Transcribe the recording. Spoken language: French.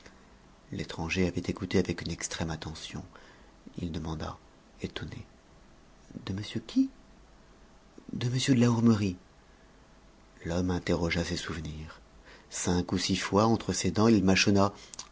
l'étranger avait écouté avec une extrême attention il demanda étonné de monsieur qui de m de la hourmerie l'homme interrogea ses souvenirs cinq ou six fois entre ses dents il mâchonna